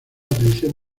atención